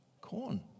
corn